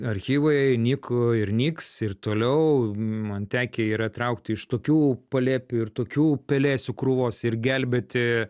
archyvai nyko ir nyks ir toliau man tekę yra traukti iš tokių palėpių ir tokių pelėsių krūvos ir gelbėti